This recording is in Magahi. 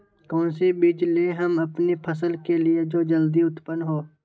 कौन सी बीज ले हम अपनी फसल के लिए जो जल्दी उत्पन हो?